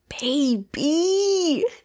baby